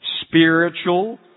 spiritual